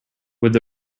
would